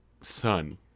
Son